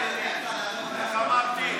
איך אמרתי,